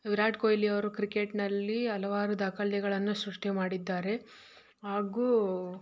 ವಿರಾಟ್ ಕೊಹ್ಲಿ ಅವರು ಕ್ರಿಕೆಟ್ನಲ್ಲಿ ಹಲವಾರು ದಾಖಲೆಗಳನ್ನು ಸೃಷ್ಟಿ ಮಾಡಿದ್ದಾರೆ ಹಾಗೂ